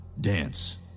dance